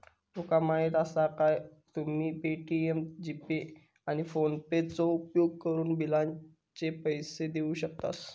तुका माहीती आसा काय, तुम्ही पे.टी.एम, जी.पे, आणि फोनेपेचो उपयोगकरून बिलाचे पैसे देऊ शकतास